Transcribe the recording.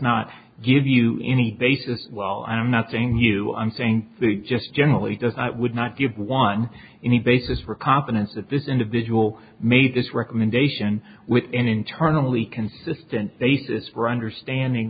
not give you any basis well i'm not saying you i'm saying just generally does would not give one any basis for confidence that this individual made this recommendation with an internally consistent basis for understanding